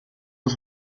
ist